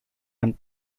and